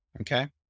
Okay